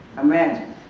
imagine